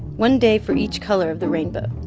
one day for each color of the rainbow.